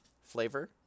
flavor